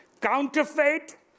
counterfeit